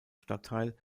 stadtteil